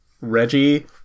Reggie